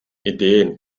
ideen